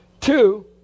Two